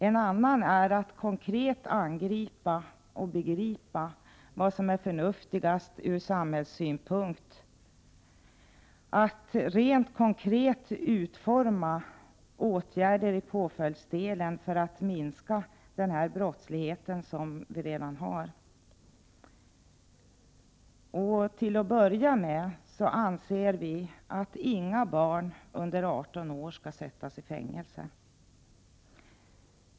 En annan sak är att konkret angripa och begripa vad som är förnuftigast från samhällets synpunkt, att rent konkret utforma åtgärder i påföljdsdelen för att minska omfattningen av den brottslighet som vi redan har. Till att börja med anser vi att inga barn under 18 år skall sättas i fängelse.